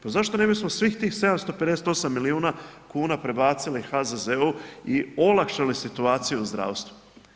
Pa zašto ne bismo svih tih 758 milijuna kuna prebacili HZZO i olakšali situaciju u zdravstvu?